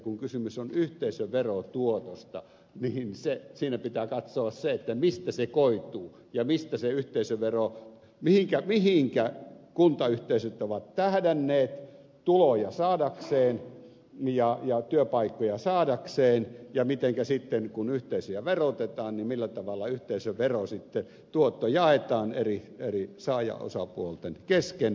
kun kysymys on yhteisöverotuotosta niin siinä pitää katsoa se mistä se koituu ja mihinkä kuntayhteisöt ovat tähdänneet tuloja saadakseen ja työpaikkoja saadakseen ja sitten kun yhteisöjä verotetaan millä tavalla yhteisöverotuotto jaetaan eri saajaosapuolten kesken